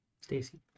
Stacy